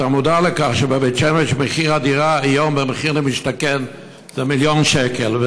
אתה מודע לכך שבבית שמש מחיר הדירה היום במחיר למשתכן זה מיליון שקל.